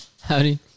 Howdy